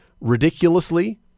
ridiculously